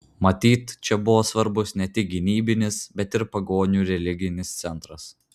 matyt čia buvo svarbus ne tik gynybinis bet ir pagonių religinis centras